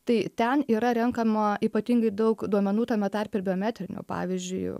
tai ten yra renkama ypatingai daug duomenų tame tarpe ir biometrinių pavyzdžiui